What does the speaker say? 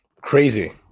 Crazy